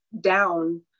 down